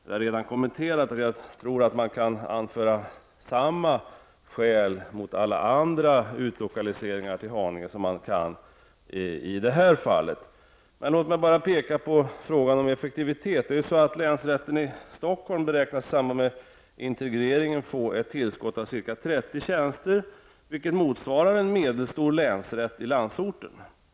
Det har jag redan kommenterat, och jag tror att man kan anföra samma skäl som i detta fall mot alla andra utlokaliseringar till Haninge. Låt mig bara kommentera frågan om effektivitet. Det är ju så, att länsrätten i Stockholm i samband med integreringen beräknas få ytterligare 30 tjänster, vilket motsvarar en medelstor länsrätt i landsorten.